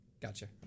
Gotcha